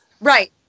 Right